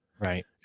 right